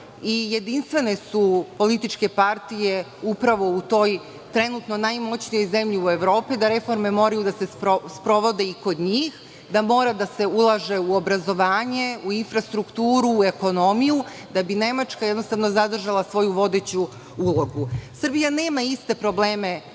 Jedinstvene su političke partije upravo u toj trenutno najmoćnijoj zemlji u Evropi da reforme moraju da se sprovode i kod njih, da mora da se ulaže u obrazovanje, u infrastrukturu, u ekonomiju da bi Nemačka, jednostavno, zadržala svoju vodeću ulogu. Srbija nema iste probleme